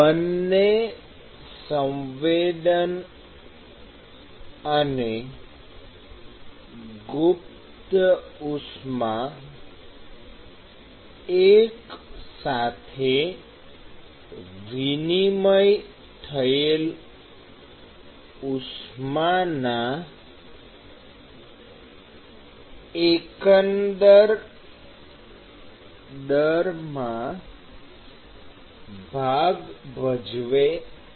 બંને સંવેદન અને ગુપ્ત ઉષ્મા એકસાથે વિનિમય થયેલ ઉષ્માના એકંદર દરમાં ભાગ ભજવે છે